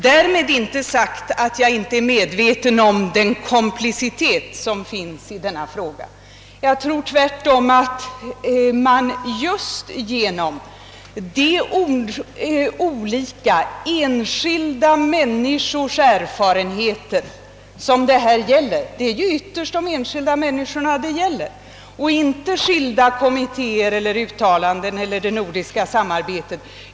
Därmed är inte sagt att jag är omedveten om den komplicitet som finns i denna fråga. Jag tror tvärtom att vi just har att tänka på de olika enskilda människorna. Det är dem det ytterst gäller och inte skilda kommittéer eller uttalanden eller det nordiska samarbetet.